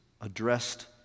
addressed